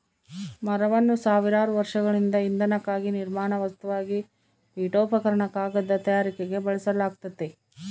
ಮರವನ್ನು ಸಾವಿರಾರು ವರ್ಷಗಳಿಂದ ಇಂಧನಕ್ಕಾಗಿ ನಿರ್ಮಾಣ ವಸ್ತುವಾಗಿ ಪೀಠೋಪಕರಣ ಕಾಗದ ತಯಾರಿಕೆಗೆ ಬಳಸಲಾಗ್ತತೆ